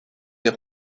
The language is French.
des